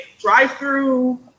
drive-through